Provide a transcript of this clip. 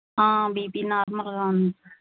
BP నార్మల్గా ఉంది sir